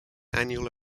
annual